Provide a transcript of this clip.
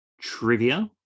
trivia